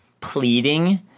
pleading